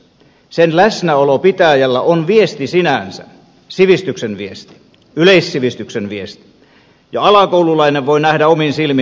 sen läsnäolo pitäjällä on viesti sinänsä sivistyksen viesti yleissivistyksen viesti ja alakoululainen voi nähdä omin silmin